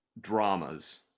dramas